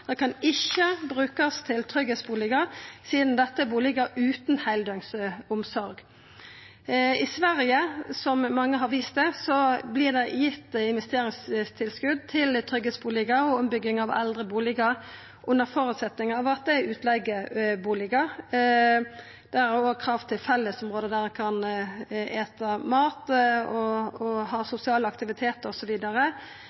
kan ikkje brukast til tryggleiksbustader, sidan dette er bustader utan heildøgns omsorg. I Sverige, som mange har vist til, vert det gitt investeringstilskot til tryggleiksbustader og ombygging av eldre bustader under føresetnad av at det er utleigebustader, med krav om felles areal der ein kan eta mat, ha sosial aktivitet, osv. Det kan vera både kommunale og